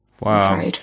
wow